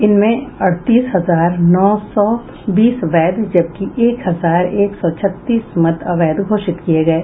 इनमें अड़तीस हजार नौ सौ बीस वैध जबकि एक हजार एक सौ छत्तीस मत अवैध घोषित किये गये